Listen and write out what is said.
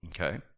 Okay